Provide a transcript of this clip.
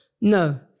No